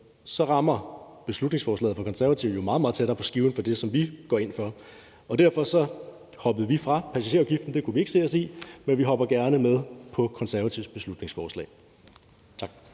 så rammer beslutningsforslaget fra Konservative jo meget, meget tættere på skiven for det, som vi går ind for. Derfor sprang vi fra passagerafgiften, som vi ikke kunne se os i, men vi hopper gerne med på Konservatives beslutningsforslag. Tak.